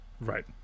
Right